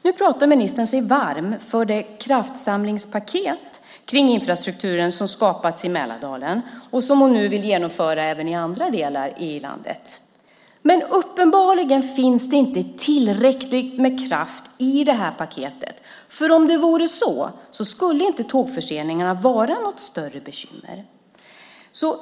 Nu pratar ministern sig varm för det kraftsamlingspaket kring infrastrukturen som skapats i Mälardalen och som hon nu vill genomföra även i andra delar av landet. Men uppenbarligen finns det inte tillräckligt med kraft i det här paketet, för om det vore så skulle inte tågförseningarna vara något större bekymmer.